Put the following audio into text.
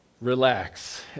relax